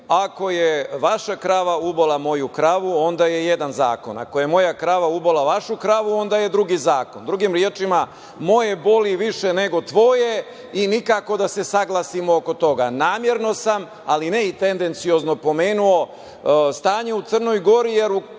ako je vaša krava ubola moju kravu, onda je jedan zakon, ako je moja krava ubola vašu kravu, onda je drugi zakon. Drugim rečima, moje boli više nego tvoje i nikako da se saglasimo oko toga. Namerno sam, ali ne i tendenciozno pomenuo stanje u Crnoj Gori, jer